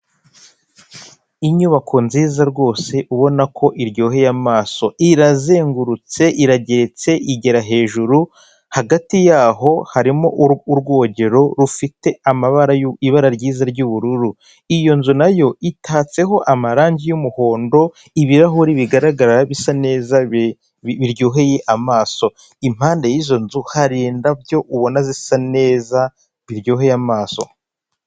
Inyubako nziza rwose ubona ko iryoheye amaso, irazengurutse iragetse igera hejuru, hagati yaho harimo urwogero rufite amabara ibara ryiza ry'ubururu, iyo nzu nayo itatseho amarangi y'umuhondo ibirahuri bigaragara bisa neza biryoheye amaso, impande y'izo nzu hari indabyo ubona zisa neza biryoheye amaso.